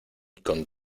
con